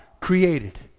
created